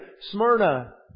Smyrna